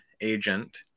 agent